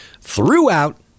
throughout